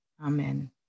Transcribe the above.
Amen